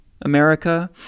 America